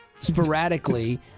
sporadically